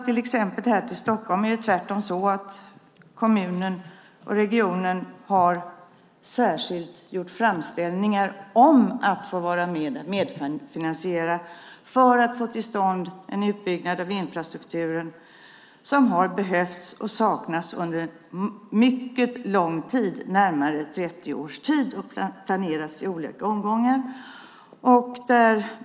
Till exempel här i Stockholm - och så är det i många kommuner och regioner - är det tvärtom så att man särskilt har gjort framställningar om att få vara med och medfinansiera för att få till stånd en utbyggnad av infrastrukturen som har behövts och saknats under en mycket lång tid, under närmare 30 års tid. Den har planerats i olika omgångar.